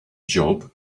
job